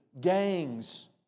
Gangs